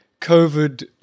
COVID